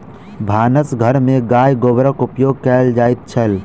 भानस घर में गाय गोबरक उपयोग कएल जाइत छल